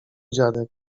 dziadek